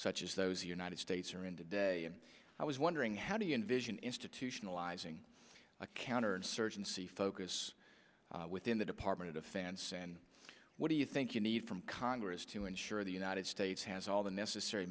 such as those united states are in today and i was wondering how do you envision institutionalizing a counterinsurgency focus within the department of defense and what do you think you need from congress to ensure the united states has all the necessary